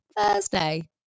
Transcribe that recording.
Thursday